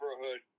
neighborhood